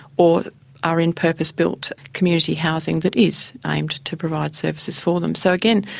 or are in purpose-built community housing that is aimed to provide services for them. so again,